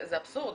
זה אבסורד,